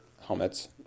helmets